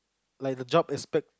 like the job aspect